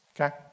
Okay